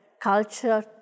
culture